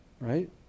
right